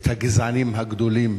את הגזענים הגדולים,